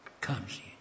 comes